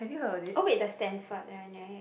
oh wait the Stanford one [right]